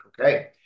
okay